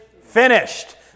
finished